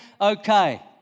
Okay